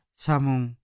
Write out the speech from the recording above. samung